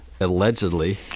Allegedly